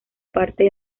parte